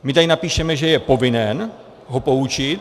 My tady napíšeme, že je povinen ho poučit.